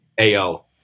AO